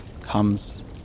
comes